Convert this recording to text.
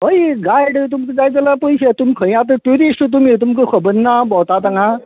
हय गायड तुमकां जाय जाल्या पयशे तुमी खंय आहा ते ट्युरिस्ट तुमी तुमकां खबर ना भोंवतात हांगां